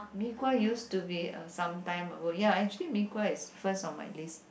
mee-kuah used to be uh sometime ah but ya actually mee-kuah is first on my list